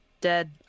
dead